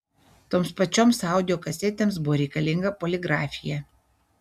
toms pačioms audio kasetėms buvo reikalinga poligrafija